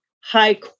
high